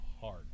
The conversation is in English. hard